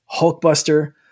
Hulkbuster